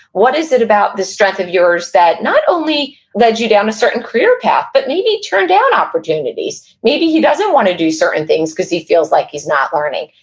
what is it about this strength of yours that not only led you down a certain career path, but maybe turned down opportunities? maybe he doesn't want to do certain things, because he feels like he's not learning.